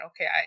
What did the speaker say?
Okay